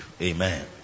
Amen